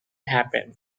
happen